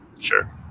sure